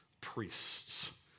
priests